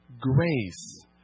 grace